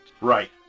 Right